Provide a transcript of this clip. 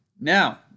Now